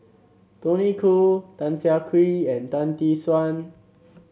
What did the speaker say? Tony Khoo Tan Siah Kwee and Tan Tee Suan